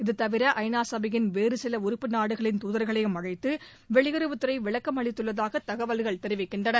இதுதவிர ஐ நா சபையின் வேறுசில உறுப்பு நாடுகளின் துதர்களையும் அழைத்து வெளியுறவுத் துறை விளக்கம் அளித்துள்ளதாக தகவல்கள் தெரிவிக்கின்றன